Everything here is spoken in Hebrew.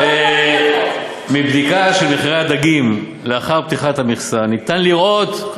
1 3. מבדיקה של מחירי הדגים לאחר פתיחת המכסה ניתן לראות,